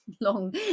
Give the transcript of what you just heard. long